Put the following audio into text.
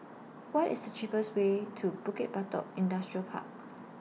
What IS The cheapest Way to Bukit Batok Industrial Park